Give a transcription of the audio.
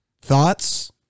Thoughts